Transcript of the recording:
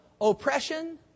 oppression